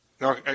No